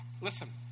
Listen